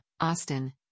Austin